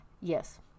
Yes